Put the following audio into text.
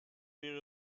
wäre